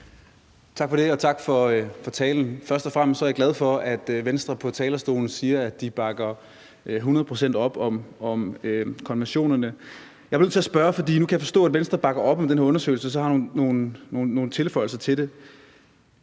Tak for det, og tak for talen. Først og fremmest er jeg glad for, at Venstre på talerstolen siger, at de bakker hundrede procent op om konventionerne. Jeg er nødt til at spørge, for nu kan jeg forstå, at Venstre bakker op om den her undersøgelse og så har nogle tilføjelser til det: